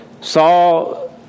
saw